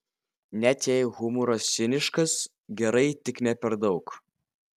net jei humoras ciniškas gerai tik ne per daug